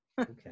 Okay